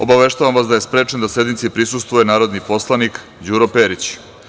Obaveštavam vas da je sprečen da sednici prisustvuje narodni poslanik Đuro Perić.